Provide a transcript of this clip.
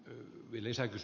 herra puhemies